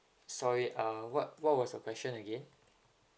sorry uh what what was the question again